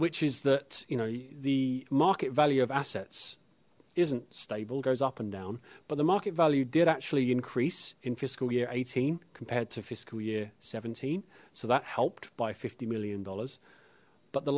which is that you know the market value of assets isn't stable goes up and down but the market value did actually increase in fiscal year eighteen compared to fiscal year seventeen so that helped by fifty million dollars but the